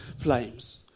flames